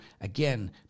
again